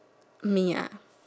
me ah